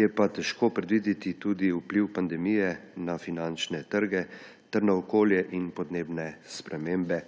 Je pa težko predvideti tudi vpliv pandemije na finančne trge ter na okolje in podnebne spremembe